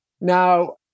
Now